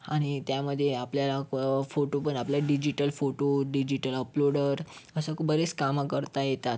आणि त्यामध्ये आपल्याला फोटो पण आपलं डिजिटल फोटो डिजिटल अपलोडर असं बरेच कामं करता येतात